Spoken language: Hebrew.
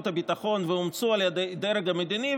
הביטחון ואומצו על ידי הדרג המדיני,